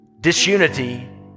disunity